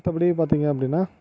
மற்றபடி பார்த்திங்க அப்படினா